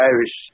Irish